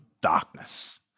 darkness